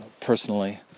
Personally